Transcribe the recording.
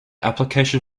application